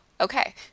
okay